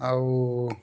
ଆଉ